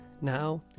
now